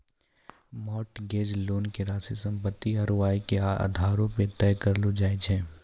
mortgage loan के राशि सम्पत्ति आरू आय के आधारो पे तय करलो जाय छै